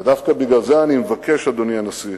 ודווקא בגלל זה אני מבקש, אדוני הנשיא,